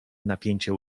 napięcie